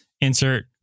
Insert